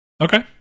Okay